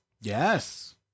Yes